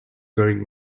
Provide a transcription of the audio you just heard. going